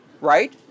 right